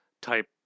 type